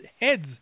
heads